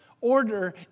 order